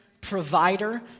provider